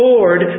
Lord